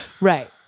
Right